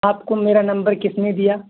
آپ کو میرا نمبر کس نے دیا